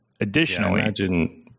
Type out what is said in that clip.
Additionally